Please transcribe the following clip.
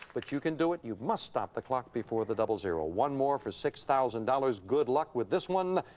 but you can do it. you must stop the clock before the double zero. one more for six thousand dollars. good luck with this one.